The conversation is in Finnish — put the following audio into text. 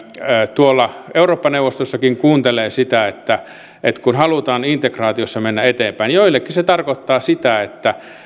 tuolla eurooppa neuvostossakin kuuntelee sitä että että kun halutaan integraatiossa mennä eteenpäin niin joillekin se tarkoittaa sitä että